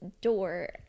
door